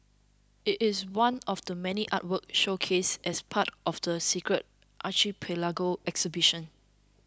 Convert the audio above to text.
it is one of the many artworks showcased as part of the Secret Archipelago exhibition